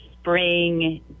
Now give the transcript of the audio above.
spring